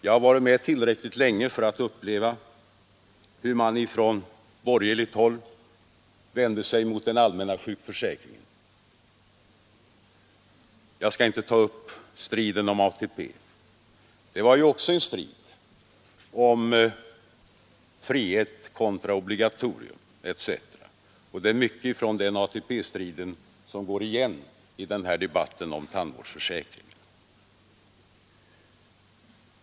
Jag har varit med tillräckligt länge för att komma ihåg hur man från borgerligt håll vände sig mot den allmänna sjukförsäkringen. Jag skall inte ta upp striden om ATP. Det var också en strid om frihet kontra obligatorium etc. Och det är mycket från den ATP-striden som går igen i den här debatten om tandvårdsförsäkringen.